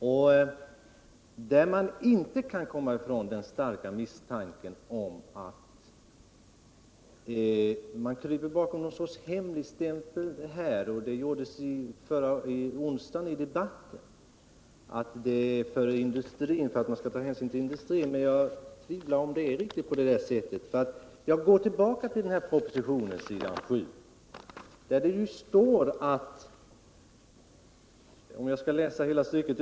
Man kan inte värja sig för den starka misstanken att regeringen kryper bakom någon sorts hemligstämpel för att man skall ta hänsyn till industrin — och det gjordes i debatten förra onsdagen — men jag tvivlar på att det förhåller sig riktigt så. Jag går tillbaka till propositionen, där det står på s. -.